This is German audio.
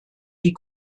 die